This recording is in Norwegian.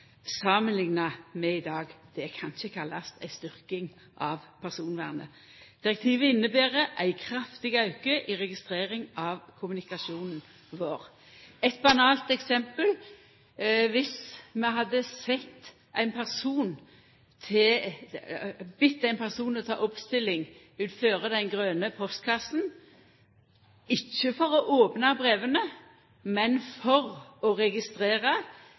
samanlikna med i dag. Det kan ikkje kallast ei styrking av personvernet. Direktivet inneber ein kraftig auke i registrering av kommunikasjonen vår. Eit banalt eksempel er at dersom vi hadde bedt ein person ta oppstilling utanfor den grøne postkassa, ikkje for å opna breva, men for å registrera